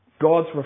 God's